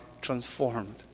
transformed